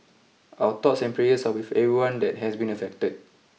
our thoughts and prayers are with everyone that has been affected